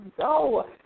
go